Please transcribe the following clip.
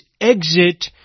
exit